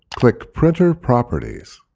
click printer properties.